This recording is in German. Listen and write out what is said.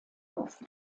auf